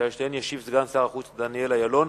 שעל שתיהן ישיב סגן שר החוץ דניאל אילון.